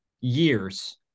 years